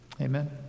Amen